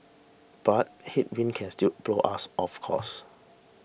but headwinds can still blow us off course